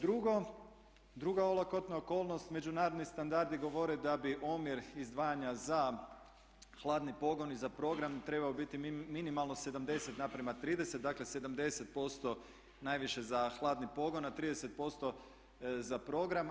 Druga olakotna okolnost međunarodni standardi govore da bi omjer izdvajanja za hladni pogon i za program trebao biti minimalno 70 na prema 30, dakle 70% najviše za hladni pogon a 30% za program.